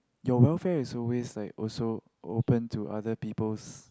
your welfare is always like also open to other people's